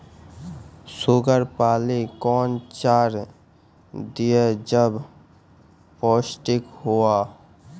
Sugar पाली कौन चार दिय जब पोस्टिक हुआ?